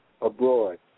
abroad